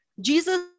Jesus